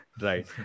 Right